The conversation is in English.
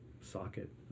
socket